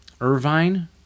Irvine